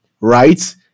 right